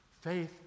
Faith